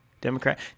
Democrat